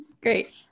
Great